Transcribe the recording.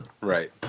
Right